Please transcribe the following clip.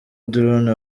drone